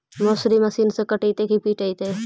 मसुरी मशिन से कटइयै कि पिटबै?